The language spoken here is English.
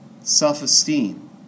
self-esteem